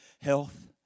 Health